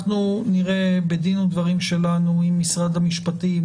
אנחנו נהיה בדין ודברים שלנו עם משרד המשפטים,